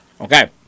Okay